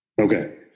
Okay